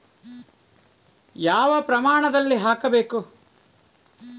ಯಾವ ಪ್ರಮಾಣದಲ್ಲಿ ಹಾಕಬೇಕು?